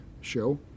Show